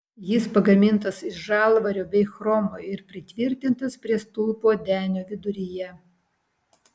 jis pagamintas iš žalvario bei chromo ir pritvirtintas prie stulpo denio viduryje